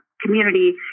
community